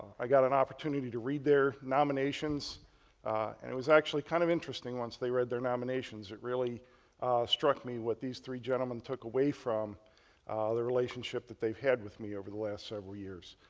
i got an opportunity to read their nominations and it was actually kind of interesting once they read their nominations. it really struck me what these three gentlemen took away from the relationship that they had with me over the last several years.